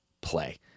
play